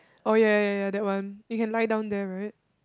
oh ya ya ya that one you can lie down there right